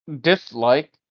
dislike